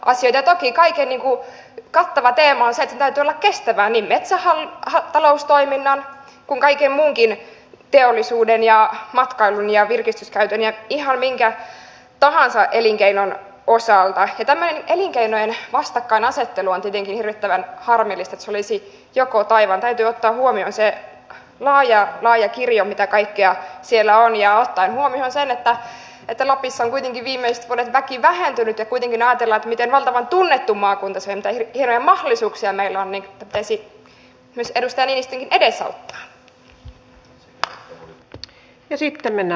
toki kaiken kattava teema on se että sen täytyy olla kestävää niin metsätaloustoiminnan kuin kaiken muunkin teollisuuden ja matkailun ja virkistyskäytön ja ihan minkä tahansa elinkeinon osalta ja tämmöinen elinkeinojen vastakkainasettelu on tietenkin hirvittävän harmillista että se olisi jokotai vaan täytyy ottaa huomioon se laaja kirjo mitä kaikkea siellä on ja ottaen huomioon sen että lapissa on kuitenkin viimeiset vuodet väki vähentynyt ja kuitenkin kun ajatellaan miten valtavan tunnettu maakunta se on miten hienoja mahdollisuuksia meillä on niin sitä pitäisi edustaja niinistönkin edesauttaa